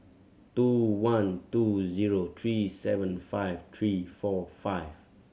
two one two zero three seven five three four five